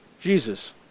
Jesus